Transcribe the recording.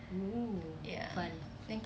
!woo! fun